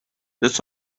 this